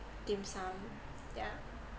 dim sum yeah